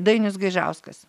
dainius gaižauskas